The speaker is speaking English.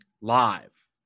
live